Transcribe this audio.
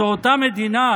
זו אותה מדינה,